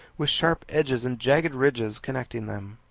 with sharp edges and jagged ridges connecting them.